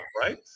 right